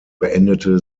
beendete